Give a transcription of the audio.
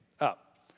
up